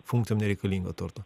funkcijom nereikalingo turto